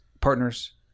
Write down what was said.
partners